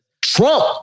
Trump